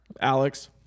Alex